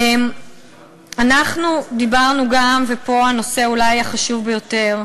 אנחנו דיברנו גם, ופה אולי הנושא החשוב ביותר,